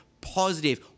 positive